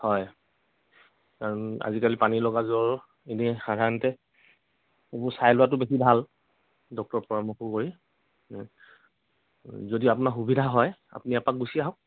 হয় আজিকালি পানীলগা জ্বৰ এনেই সাধাৰণতে এইবোৰ চাই লোৱাটো বেছি ভাল ডক্টৰ পৰামৰ্শ কৰি যদি আপোনাৰ সুবিধা হয় আপুনি এপাক গুচি আহক